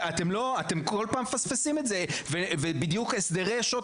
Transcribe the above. אתם כל פעם מפספסים את זה ובדיוק הסדרי שעות